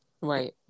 Right